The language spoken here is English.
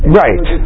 right